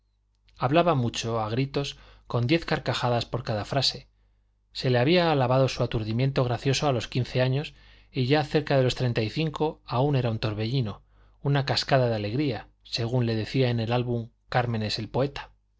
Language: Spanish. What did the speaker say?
hablaba mucho a gritos con diez carcajadas por cada frase se le había alabado su aturdimiento gracioso a los quince años y ya cerca de los treinta y cinco aún era un torbellino una cascada de alegría según le decía en el álbum cármenes el poeta